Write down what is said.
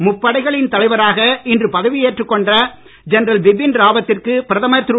முப்படைகளின் தலைவராக இன்று பதவியேற்றுக்கொண்ட ஜெனரல் பிபின் ராவத்திற்கு பிரதமர் திரு